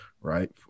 right